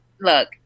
look